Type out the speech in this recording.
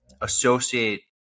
associate